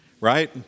right